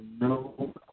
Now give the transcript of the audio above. No